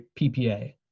PPA